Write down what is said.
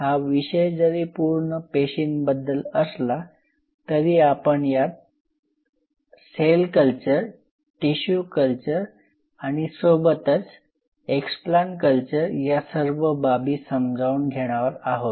हा विषय जरी पूर्ण पेशींबद्दल असला तरी आपण यात आपण सेल कल्चर टिशू कल्चर आणि सोबतच एक्सप्लांट कल्चर या सर्व बाबी समजावून घेणार आहोत